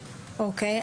אוקיי.